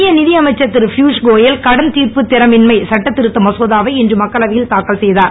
மத்திய நிதி அமைச்சர் திருபீயுஷ் கோயல் கடன் திர்ப்புத் திறமின்மை சட்டத் திருத்த மசோதாவை இன்று மக்களவையில் தாக்கல் செய்தார்